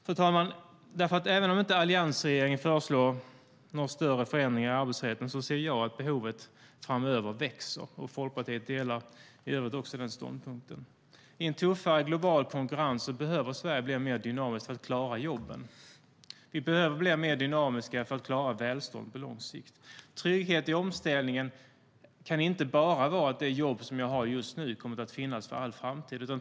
Fru talman! Även om inte alliansregeringen föreslår några större förändringar i arbetsrätten ser jag att behovet framöver växer. Folkpartiet delar i övrigt också denna ståndpunkt. I en tuffare global konkurrens behöver Sverige bli mer dynamiskt för att klara jobben. Vi behöver bli mer dynamiska för att klara välstånd på lång sikt. Trygghet i omställningen kan inte bara vara att det jobb som man har just nu kommer att finnas för all framtid.